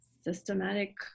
systematic